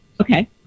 Okay